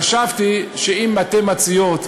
חשבתי שאם אתן מציעות,